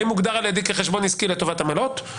האם הוגדר על ידי כחשבון עסקי לטובת עמלות,